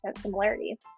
similarity